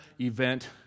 event